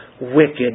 wicked